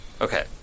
Okay